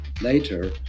later